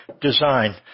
design